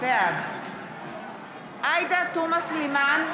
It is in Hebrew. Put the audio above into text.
בעד עאידה תומא סלימאן,